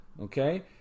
Okay